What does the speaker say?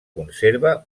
conserva